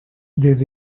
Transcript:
this